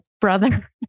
brother